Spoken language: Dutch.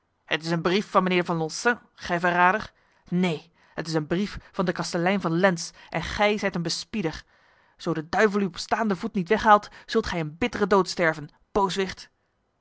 het is een brief van mijnheer van loncin gij verrader neen het is een brief van de kastelein van lens en gij zijt een bespieder zo de duivel u op staande voet niet weghaalt zult gij een bittere dood sterven